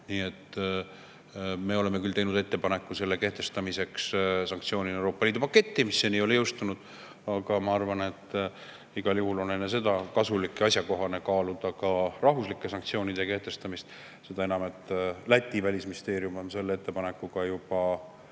kaudu.Me oleme küll teinud ettepaneku selle kehtestamiseks Euroopa Liidu sanktsioonipaketi [osana], mis seni ei ole jõustunud, aga ma arvan, et igal juhul on enne seda kasulik ja asjakohane kaaluda ka rahvuslike sanktsioonide kehtestamist. Seda enam, et Läti välisministeerium pöördus selle ettepanekuga juba